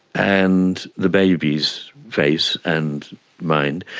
and the baby's face and mind,